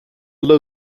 low